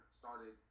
started